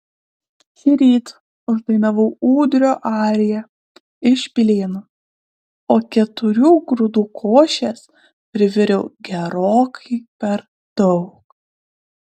šįryt uždainavau ūdrio ariją iš pilėnų o keturių grūdų košės priviriau gerokai per daug